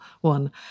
one